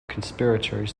conspirators